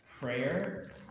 prayer